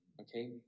okay